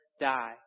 die